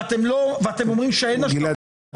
ואתם אומרים שאין השלכות תקציביות?